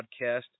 podcast